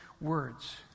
words